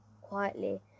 quietly